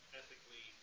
ethically